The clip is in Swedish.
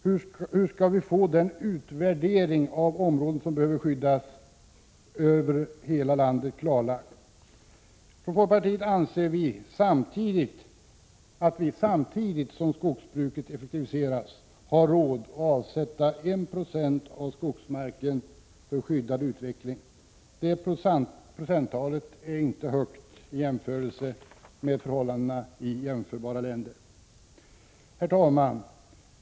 Hur skall vi få en utvärdering av områden över hela landet som behöver skyddas? I folkpartiet anser vi att vi samtidigt som skogsbruket effektiviseras har råd att avsätta 1 920 av skogsmarken för skyddad utveckling. Det procenttalet är inte högt i förhållande till vad som gäller i jämförbara länder. Herr talman!